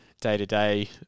day-to-day